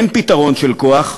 אין פתרון של כוח,